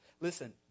Listen